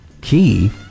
key